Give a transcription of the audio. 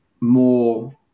more